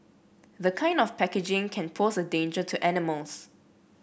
the kind of packaging can pose a danger to animals